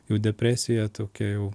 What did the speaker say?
jau depresija tokia jau